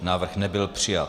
Návrh nebyl přijat.